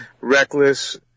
reckless